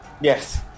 Yes